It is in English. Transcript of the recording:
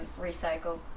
recycle